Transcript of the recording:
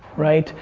right?